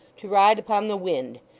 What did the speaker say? to ride upon the wind,